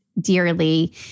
dearly